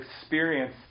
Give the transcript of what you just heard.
experience